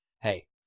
hey